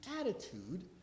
attitude